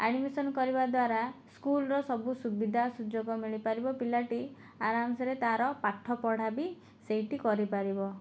admission କରିବା ଦ୍ୱାରା ସ୍କୁଲ୍ର ସବୁ ସୁବିଧା ସୁଯୋଗ ମିଳିପାରିବ ପିଲାଟି ଆରାମସେରେ ତା'ର ପାଠ ପଢ଼ା ବି ସେଇଠି କରିପାରିବ